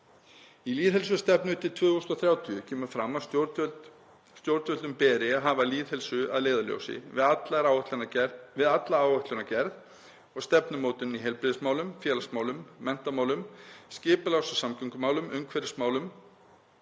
Í lýðheilsustefnu til 2030 kemur fram að stjórnvöldum beri að hafa lýðheilsu að leiðarljósi við alla áætlanagerð og stefnumótun í heilbrigðismálum, félagsmálum, menntamálum, skipulags- og samgöngumálum, umhverfismálum